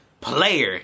player